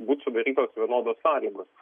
būt sudarytos vienodos sąlygos